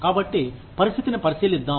కాబట్టి పరిస్థితిని పరిశీలిద్దాం